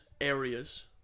areas